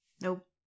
Nope